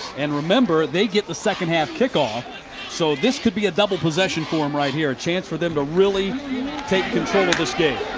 and remember, they get the second half kick-off so this could be a double possession for them um right here. a chance for them to really take control of this game.